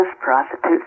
prostitutes